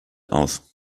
aus